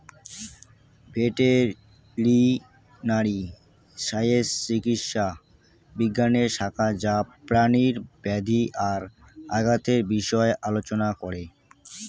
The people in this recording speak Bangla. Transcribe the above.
ভেটেরিনারি সায়েন্স চিকিৎসা বিজ্ঞানের শাখা যা প্রাণীর ব্যাধি আর আঘাতের বিষয় আলোচনা করে